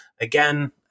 Again